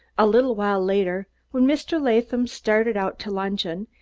a little while later, when mr. latham started out to luncheon,